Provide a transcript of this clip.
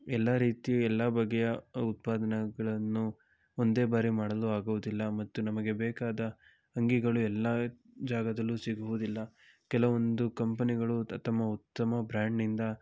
ಎಲ್ಲ ರೀತಿ ಎಲ್ಲ ಬಗೆಯ ಉತ್ಪಾದನೆಗಳನ್ನು ಒಂದೇ ಬಾರಿ ಮಾಡಲು ಆಗುವುದಿಲ್ಲ ಮತ್ತು ನಮಗೆ ಬೇಕಾದ ಅಂಗಿಗಳು ಎಲ್ಲ ಜಾಗದಲ್ಲೂ ಸಿಗುವುದಿಲ್ಲ ಕೆಲವೊಂದು ಕಂಪನಿಗಳು ತಮ್ಮ ಉತ್ತಮ ಬ್ರ್ಯಾಂಡ್ನಿಂದ